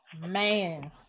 man